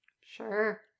Sure